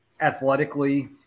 athletically